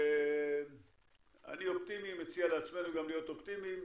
לדרך ואני אופטימי ומציע לעצמנו להיות אופטימיים.